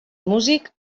músic